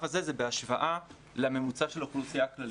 הזה זה גם בהשוואה לממוצע של האוכלוסייה הכללית.